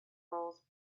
roles